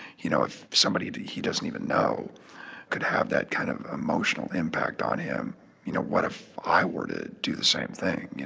you know, if somebody that he doesn't even know could have that kind of emotional impact on him you know, what if i were to do the same thing? you